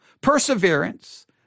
perseverance